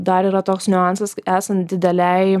dar yra toks niuansas esant didelei